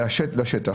בשטח.